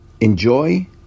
Enjoy